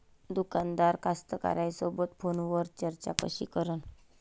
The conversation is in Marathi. दुकानदार कास्तकाराइसोबत फोनवर चर्चा कशी करन?